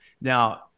Now